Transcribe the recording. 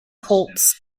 colts